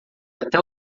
até